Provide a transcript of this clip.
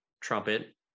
trumpet